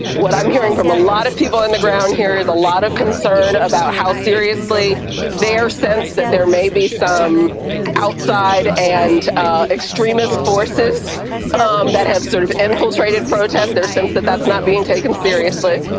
what i'm hearing from a lot of people on the ground here is a lot of concern about how seriously their sense that there may be some outside and extremist forces um that have sort of infiltrated protests, their sense that that's not being taken seriously.